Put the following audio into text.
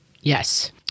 Yes